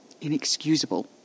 inexcusable